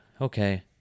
okay